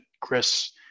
Chris